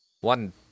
one